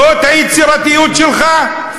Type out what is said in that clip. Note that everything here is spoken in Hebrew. זאת היצירתיות שלך?